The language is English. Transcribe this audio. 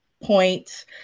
point